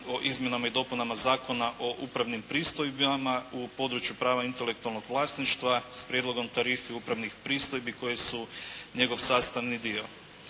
o izmjenama i dopunama Zakona o upravnim pristojbama u području prava intelektualnog vlasništva s prijedlogom tarife upravnih pristojbi koje su njegov sastavni dio.